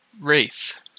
Wraith